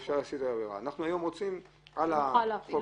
אנחנו היום רוצים להכניס בתוך חוק